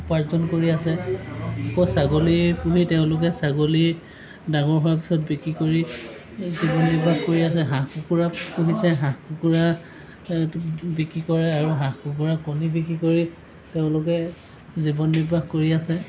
উপাৰ্জন কৰি আছে আকৌ ছাগলী পুহি তেওঁলোকে ছাগলী ডাঙৰ হোৱাৰ পিছত বিক্ৰী কৰি জীৱন নিৰ্বাহ কৰিছে হাঁহ কুকুৰা পুহিছে হাঁহ কুকুৰা বিক্ৰী কৰে আৰু হাঁহ কুকুৰাৰ কণী বিক্ৰী কৰি তেওঁলোকে জীৱন নিৰ্বাহ কৰি আছে